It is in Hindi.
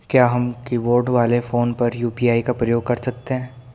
क्या हम कीबोर्ड वाले फोन पर यु.पी.आई का प्रयोग कर सकते हैं?